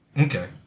Okay